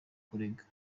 kurega